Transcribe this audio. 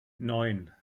neun